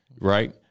right